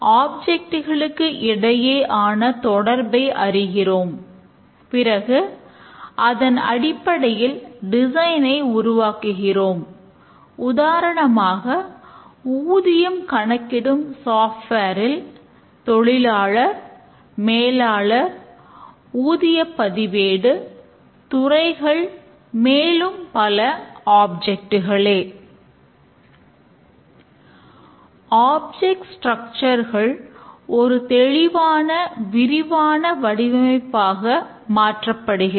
object ஸ்டிரக்சர்ட்கள் ஒரு தெளிவான விரிவான வடிவமைப்பாக மாற்றப்படுகிறது